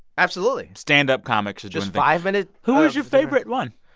absolutely stand-up comics are. just five-minute. who was your favorite one?